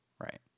Right